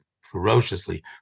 ferociously